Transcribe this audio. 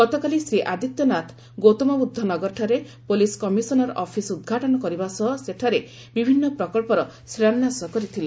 ଗତକାଲି ଶ୍ରୀ ଆଦିତ୍ୟନାଥ ଗୌତମବୁଦ୍ଧ ନଗରଠାରେ police commissioner office ଉଦ୍ଘାଟନ କରିବା ସହ ସେଠାରେ ବିଭିନ୍ନ ପ୍ରକଳ୍ପର ଶିଳାନ୍ୟାସ କରିଥିଲେ